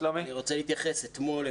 שלומי קסטרו מארגוני הנוער רוצה להוסיף.